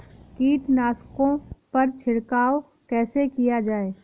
कीटनाशकों पर छिड़काव कैसे किया जाए?